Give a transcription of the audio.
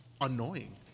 annoying